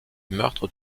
meurtre